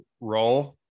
role